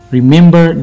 Remember